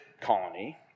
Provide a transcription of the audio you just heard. colony